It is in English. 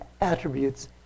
attributes